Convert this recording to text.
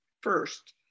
first